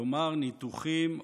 כלומר ניתוחים,